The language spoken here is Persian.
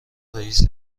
رئیس